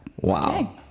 wow